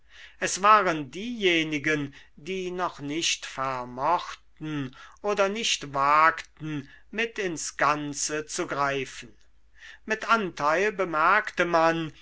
es waren diejenigen die noch nicht vermochten oder nicht wagten mit ins ganze zu greifen mit anteil bemerkte man